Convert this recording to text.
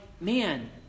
man